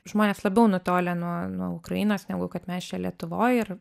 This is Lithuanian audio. žmonės labiau nutolę nuo nuo ukrainos negu kad mes čia lietuvoj ir